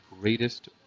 greatest